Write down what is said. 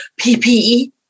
PPE